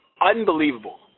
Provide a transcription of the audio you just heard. unbelievable